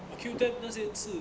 oh Q_O_O ten 那些字